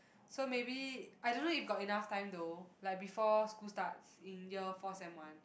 so maybe I don't know if got enough time though like before school starts in year four sem one